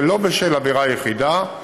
ולא בשל עבירה יחידה,